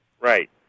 Right